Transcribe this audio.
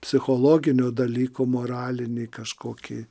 psichologinių dalykų moralinį kažkokį